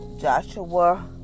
Joshua